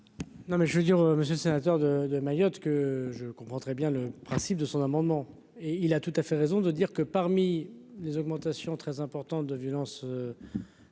je veux dire, monsieur le sénateur de Mayotte, que je comprends très bien le principe de son amendement et il a tout à fait raison de dire que parmi les augmentations très importantes de violence